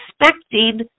expecting